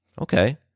Okay